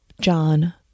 John